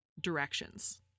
directions